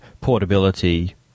portability